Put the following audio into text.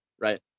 right